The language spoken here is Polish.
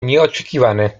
nieoczekiwane